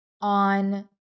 on